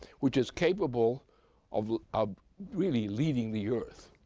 which is capable of ah really leading the earth.